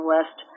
West